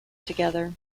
together